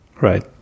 right